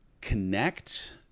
connect